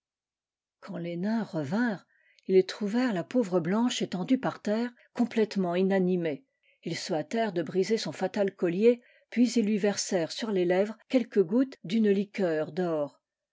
quand les nains revinrent ils trouvèrent la pauvre blanche étendue par terre complètement inanimée ils se hâtèrent de briser son fatal collier puis ils lui versèrent sur les lèvres quelques gouttes d'une liqueur d'or